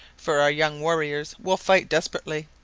for our young warriors will fight desperately.